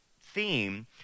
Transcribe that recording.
theme